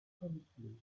chronically